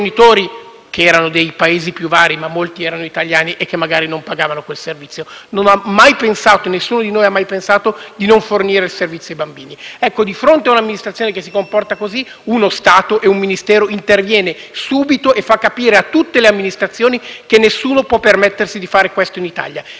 genitori, che provenivano dai Paesi più vari (ma molti erano italiani) e magari non pagavano quel servizio. Non ho mai pensato - e nessuno di noi ha mai pensato - di non fornire il servizio ai bambini. Ecco, di fronte ad un'amministrazione che si comporta così, uno Stato, un Ministero interviene subito e fa capire a tutte le amministrazioni che nessuno può permettersi di fare questo in Italia.